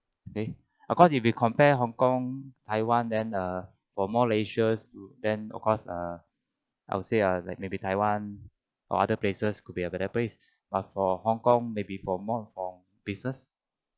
okay of course if we compare hong kong taiwan then err for more leisure then of course err how to say ah like maybe taiwan or other places could be a better place but for hong kong maybe for more for business